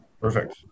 Perfect